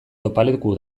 topaleku